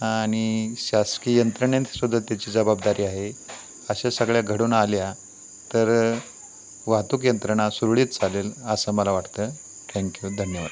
आणि शासकीय यंत्रणेने सुद्धा त्याची जबाबदारी आहे अशा सगळ्या घडून आल्या तर वाहतूक यंत्रणा सुरळीत चालेल असं मला वाटतं ठँक्यू धन्यवाद